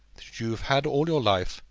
that you have had, all your life,